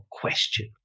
question